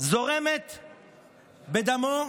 זורמת בדמו,